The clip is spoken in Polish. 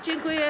Dziękuję.